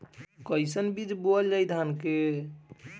कईसन बीज बोअल जाई धान के?